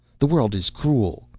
the world is cruel,